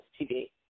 TV